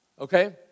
okay